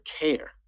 care